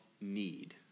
need